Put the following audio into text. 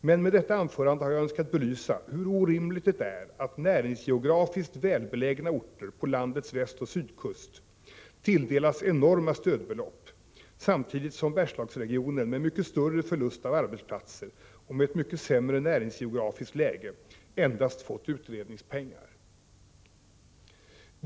Men med detta anförande har jag önskat belysa hur orimligt det är att näringsgeografiskt välbelägna orter på landets västoch sydkust tilldelas enorma stödbelopp, samtidigt som Bergslagsregionen med mycket större förlust av arbetsplatser och med ett mycket sämre näringsgeografiskt läge endast fått utredningspengar.